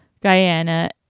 Guyana